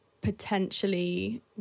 potentially